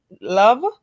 love